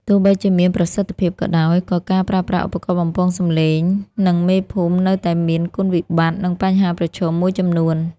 ទោះបីជាមានប្រសិទ្ធភាពក៏ដោយ ក៏ការប្រើប្រាស់ឧបករណ៍បំពងសំឡេង និងមេភូមិនៅតែមាន គុណវិបត្តិ និងបញ្ហាប្រឈម មួយចំនួន។